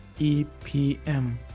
EPM